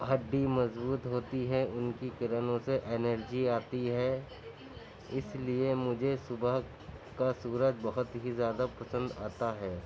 ہڈی مضبوط ہوتی ہے ان کی کرنوں سے انرجی آتی ہے اس لیے مجھے صبح کا سورج بہت ہی زیادہ پسند آتا ہے